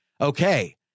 Okay